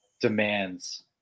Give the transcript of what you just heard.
demands